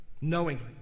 knowingly